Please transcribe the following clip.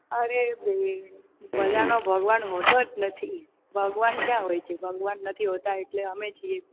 અરે બેન બધાનો ભગવાન હોતો જ નથી ભગવાન ક્યાં હોય છે ભગવાન નથી હોતા એટલે અમે છીએ